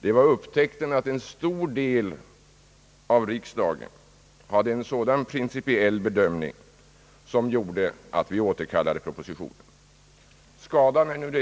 Det var upptäckten att en stor del av riksdagen hade en sådan principiell bedömning som gjorde att vi återkallade propositionen. Skadan är redan skedd.